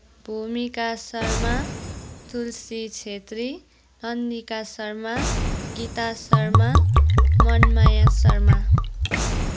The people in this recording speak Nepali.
भूमिका शर्मा तुलसी छेत्री नन्दिका शर्मा गीता शर्मा मनमाया शर्मा